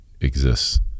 exists